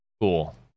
Cool